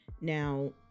Now